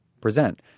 present